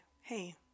hey